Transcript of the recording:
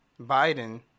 Biden